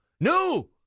no